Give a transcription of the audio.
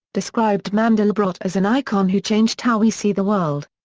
described mandelbrot as an icon who changed how we see the world.